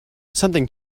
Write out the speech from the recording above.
something